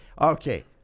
Okay